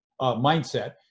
mindset